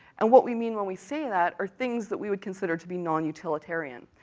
and what we mean when we say that are things that we would consider to be non-utilitarian.